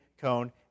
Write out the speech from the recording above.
cone